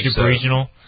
regional